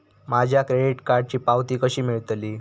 माझ्या क्रेडीट कार्डची पावती कशी मिळतली?